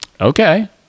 Okay